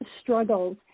struggles